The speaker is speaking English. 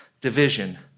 division